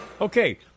Okay